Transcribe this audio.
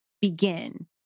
begin